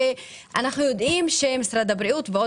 ואנחנו יודעים שמשרד הבריאות ועוד